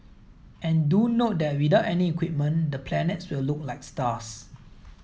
and do note that without any equipment the planets will look like stars